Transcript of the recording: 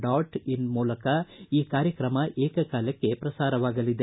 dot in ಮೂಲಕ ಈ ಕಾರ್ಯತ್ರಮ ಏಕಕಾಲಕ್ಷೆ ಪ್ರಸಾರವಾಗಲಿದೆ